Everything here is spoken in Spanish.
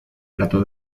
plato